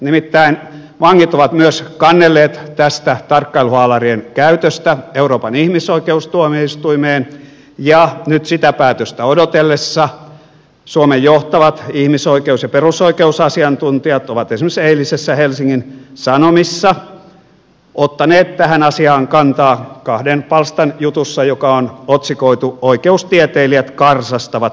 nimittäin vangit ovat myös kannelleet tästä tarkkailuhaalarien käytöstä euroopan ihmisoikeustuomioistuimeen ja nyt sitä päätöstä odotellessa suomen johtavat ihmisoikeus ja perusoikeusasiantuntijat ovat esimerkiksi eilisissä helsingin sanomissa ottaneet tähän asiaan kantaa kahden palstan jutussa joka on otsikoitu oikeustieteilijät karsastavat tarkkailuhaalareita